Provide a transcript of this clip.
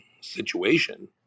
situation